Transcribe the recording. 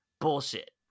Bullshit